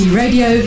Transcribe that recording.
radio